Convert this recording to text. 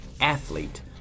athlete